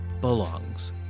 belongs